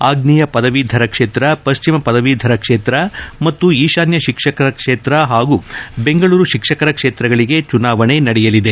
ಆಗ್ನೇಯ ಪದವೀಧರ ಕ್ಷೇತ್ರ ಪಶ್ಚಿಮ ಪದವೀಧರ ಕ್ಷೇತ್ರ ಮತ್ತು ಈಶಾನ್ಯ ಶಿಕ್ಷಕರ ಕ್ಷೇತ್ರ ಹಾಗೂ ಬೆಂಗಳೂರು ಶಿಕ್ಷಕರ ಕ್ಷೇತ್ರಗಳಿಗೆ ಚುನಾವಣೆ ನಡೆಯಲಿದೆ